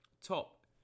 top